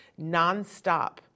nonstop